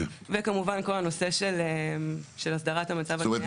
וכמובן, כל נושא הסדרת המצב הקיים.